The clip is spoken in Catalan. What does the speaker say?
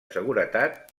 seguretat